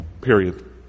period